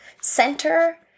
center